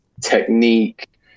technique